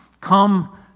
Come